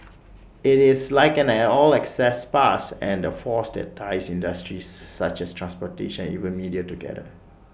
IT is like an 'all access pass' and the force that ties industries such as transportation even media together